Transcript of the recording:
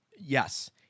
Yes